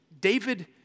David